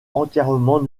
entièrement